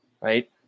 right